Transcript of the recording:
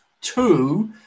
two